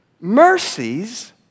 mercies